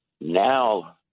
Now